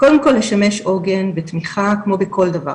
קודם כל לשמש עוגן ותמיכה כמו בכל דבר,